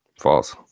false